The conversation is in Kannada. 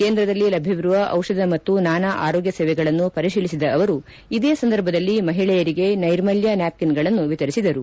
ಕೇಂದ್ರದಲ್ಲಿ ಲಭ್ಯವಿರುವ ಚಿಷಧ ಮತ್ತು ನಾನಾ ಆರೋಗ್ಯ ಸೇವೆಗಳನ್ನು ಪರಿಶೀಲಿಸಿದ ಅವರು ಇದೇ ಸಂದರ್ಭದಲ್ಲಿ ಮಹಿಳೆಯರಿಗೆ ನೈರ್ಮಲ್ಯ ನ್ಯಾಪ್ಕೀನ್ಗಳನ್ನು ವಿತರಿಸಿದರು